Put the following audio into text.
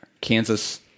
Kansas